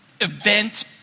event